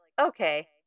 okay